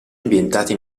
ambientate